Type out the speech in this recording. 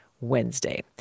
Wednesday